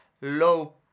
low